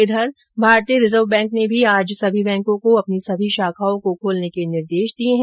उधर भारतीय reserve bank ने भी आज सभी बैंको को अपनी सभी शाखाओं को खोलने के निर्देश दिये हैं